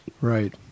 Right